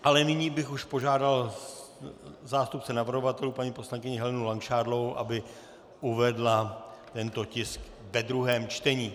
Ale nyní bych požádal zástupce navrhovatelů paní poslankyni Helenu Langšádlovou, aby uvedla tento tisk ve druhém čtení.